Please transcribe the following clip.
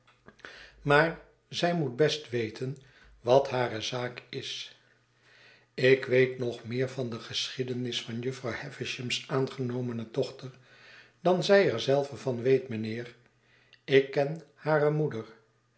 maar zij moet best weten wat hare zaak is ik weet nog meer van de geschiedenis van jufvrouw havisham's aangenomene dochter dan zij er zelve van weet mijnheer ik ken hare moeder